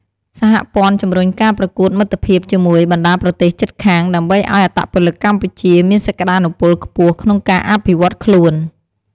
សហព័ន្ធជំរុញការប្រកួតមិត្តភាពជាមួយបណ្ដាប្រទេសជិតខាង ដើម្បីឲ្យអត្តពលិកកម្ពុជាមានសក្ដានុពលខ្ពស់ក្នុងការអភិវឌ្ឍន៍ខ្លួន។